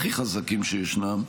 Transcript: הכי חזקים שישנם,